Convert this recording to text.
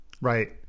Right